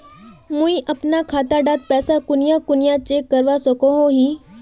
मुई अपना खाता डात पैसा कुनियाँ कुनियाँ चेक करवा सकोहो ही?